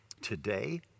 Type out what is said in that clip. today